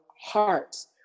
hearts